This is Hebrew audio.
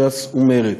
ש"ס ומרצ.